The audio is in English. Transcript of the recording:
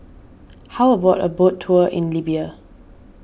how about a boat tour in Libya